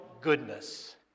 goodness